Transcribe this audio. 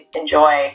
enjoy